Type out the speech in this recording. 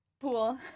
Pool